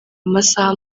amasaha